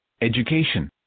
education